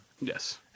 Yes